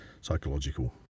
psychological